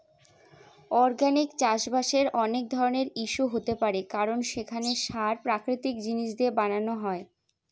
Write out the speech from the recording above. organic চাষবাসের অনেক ধরনের ইস্যু হতে পারে কারণ সেখানে সার প্রাকৃতিক জিনিস দিয়ে বানানো হয়